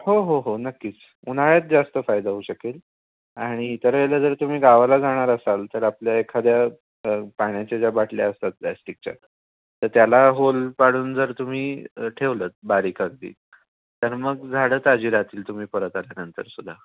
हो हो हो नक्कीच उन्हाळ्यात जास्त फायदा होऊ शकेल आणि इतर वेळेला जर तुम्ही गावाला जाणार असाल तर आपल्या एखाद्या पाण्याच्या ज्या बाटल्या असतात प्लॅस्टिकच्या तर त्याला होल पाडून जर तुम्ही ठेवलं तर बारीक अगदी तर मग झाडं ताजी राहतील तुम्ही परत आल्यानंतरसुद्धा